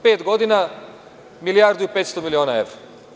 Pet godina milijardu i 500 miliona evra.